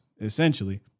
essentially